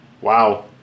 wow